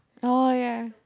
oh ya